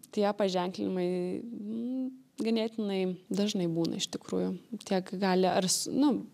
tie paženklinimai ganėtinai dažnai būna iš tikrųjų tiek gali ars nu